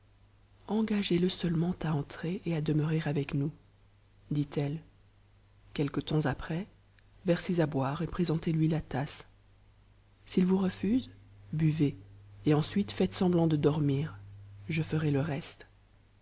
voudrez engagez le seulement à entrer et à demeurer avec nous ditt c quelque temps après versez à boire et présentez lui la tasse s'il vous refuse buvez et ensuite faites semblant de dormir je ferai le pstp